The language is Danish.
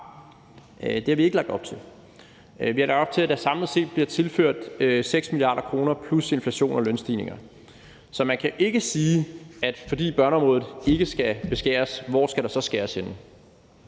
Det har vi ikke lagt op til. Vi har lagt op til, at der samlet set bliver tilført 6 mia. kr. plus inflation og lønstigninger. Så man kan ikke sige, at fordi børneområdet ikke skal beskæres, hvor skal der så skæres henne?